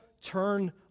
turn